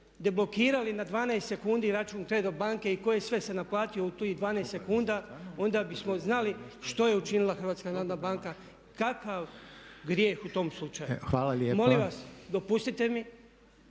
deblokirali na 12 sekundi račun CREDO banke i tko je sve se naplatio u tih 12 sekundi onda bismo znali što je učinila HNB, kakav grijeh u tom slučaju. …/Upadica: Hvala lijepa./… I molim vas, dopustite mi,